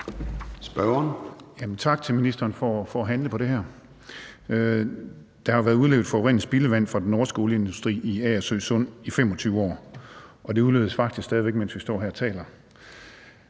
Jamen tak til ministeren for at handle på det her. Der har jo været udledt forurenet spildevand fra den norske olieindustri i Agersø Sund i 25 år, og det udledes faktisk stadig væk, mens vi står her og taler.